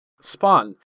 Spawn